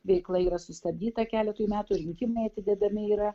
veikla yra sustabdyta keletui metų rinkimai atidedami yra